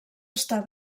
està